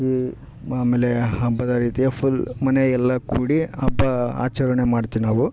ಈ ಅಮೇಲೆ ಹಬ್ಬದ ರೀತಿಯ ಫುಲ್ ಮನೆ ಎಲ್ಲ ಕೂಡಿ ಹಬ್ಬ ಆಚರಣೆ ಮಾಡ್ತೀವಿ ನಾವು